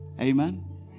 Amen